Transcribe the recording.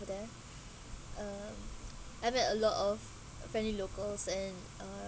there uh I met a lot of friendly locals and uh